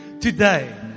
Today